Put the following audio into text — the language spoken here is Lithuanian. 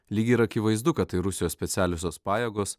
lyg ir akivaizdu kad tai rusijos specialiosios pajėgos